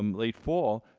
um late fall,